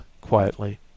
quietly